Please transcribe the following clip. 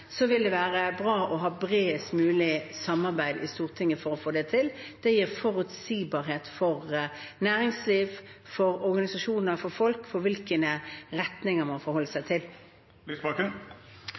å ha bredest mulig samarbeid i Stortinget for å få det til. Det gir forutsigbarhet for næringsliv, for organisasjoner og for folk for hvilken retning man må forholde seg